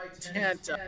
tent